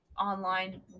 online